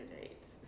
dates